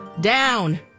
Down